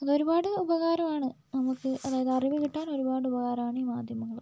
അതൊരുപാട് ഉപകാരമാണ് നമുക്ക് അതായത് അറിവ് കിട്ടാൻ ഒരുപാട് ഉപകാരമാണ് ഈ മാധ്യമങ്ങൾ